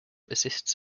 assists